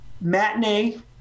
matinee